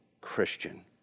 Christian